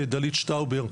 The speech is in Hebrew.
דלית שטאובר,